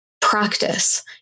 practice